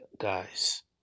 guys